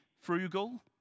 frugal